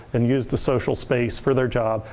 and use the social space for their jobs,